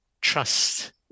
trust